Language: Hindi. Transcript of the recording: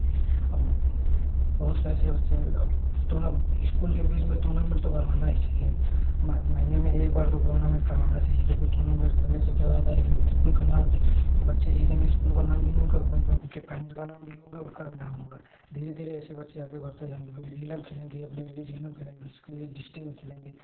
बहुत से ऐसे बच्चे हैं टूना स्कूल के बीच में टूर्नामेंट तो करवाना ही चाहिए महीने में एक बार तो टूर्नामेंट करवाना चाहिए क्योंकि टूर्नामेंट खेलने से क्या रहता है कि स्कूल का नाम भी बच्चे जीतेंगे स्कूल का नाम भी होगा वहीं पर उनके पेरेंट्स का भी होगा उनका भी नाम होगा धीरे धीरे ऐसे बच्चे आगे बढ़तें जाएँगे जिला में खेलेंगे अपने जिला खेलेंगे फिर उसके लिए डिस्ट्रिक्ट में खेलेंगे